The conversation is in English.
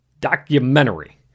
documentary